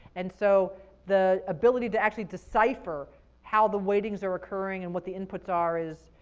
and so the ability to actually decipher how the weightings are occurring and what the inputs are is,